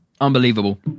Unbelievable